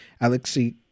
Alexei